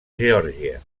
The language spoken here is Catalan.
geòrgia